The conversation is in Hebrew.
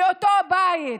באותו בית,